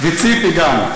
וציפי גם.